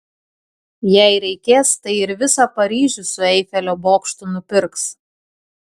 jei reikės tai ir visą paryžių su eifelio bokštu nupirks